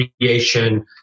creation